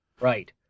right